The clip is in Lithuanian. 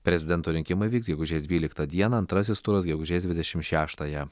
prezidento rinkimai vyks gegužės dvyliktą dieną antrasis turas gegužės dvidešimt šeštąją